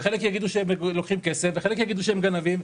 וחלק יגידו שהם לוקחים כסף וחלק יגידו שהם גנבים.